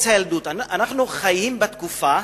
אנחנו חיים בתקופה